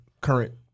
current